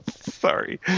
Sorry